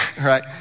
right